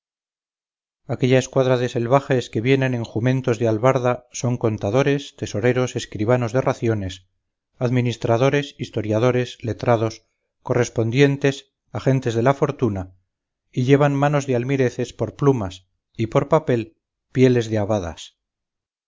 corte primero aquella escuadra de selvajes que vienen en jumentos de albarda son contadores tesoreros escribanos de raciones administradores historiadores letrados correspondientes agentes de la fortuna y llevan manos de almireces por plumas y por papel pieles